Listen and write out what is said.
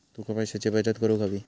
तुका पैशाची बचत करूक हवी